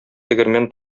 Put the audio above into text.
тегермән